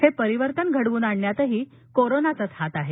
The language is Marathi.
हे परिवर्तन घडवून आणण्यातही कोरोनाचाच हात आहे